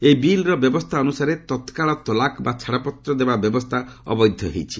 ଏହି ବିଲ୍ର ବ୍ୟବସ୍ଥା ଅନୁସାରେ ତତ୍କାଳ ତଲାକ୍ ବା ଛାଡ଼ପତ୍ର ଦେବା ବ୍ୟବସ୍ଥା ଅବୈଧ ହୋଇଛି